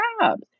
jobs